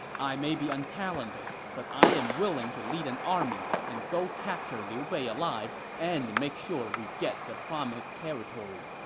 i may be untalented, but i am willing to lead an army to and go capture liu bei alive and make sure we get the promised territory,